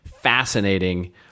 fascinating